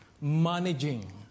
managing